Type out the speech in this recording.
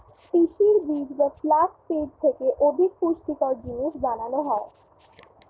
তিসির বীজ বা ফ্লাক্স সিড থেকে অধিক পুষ্টিকর জিনিস বানানো হয়